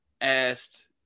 asked